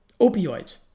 opioids